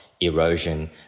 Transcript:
erosion